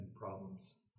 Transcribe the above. problems